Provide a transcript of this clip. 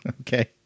Okay